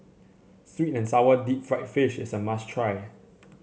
sweet and sour Deep Fried Fish is a must try